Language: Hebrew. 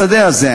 לשדה הזה,